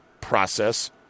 process